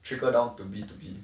trickle down to B two B